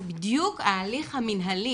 זה בדיוק ההליך המנהלי,